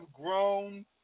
Grown